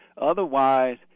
Otherwise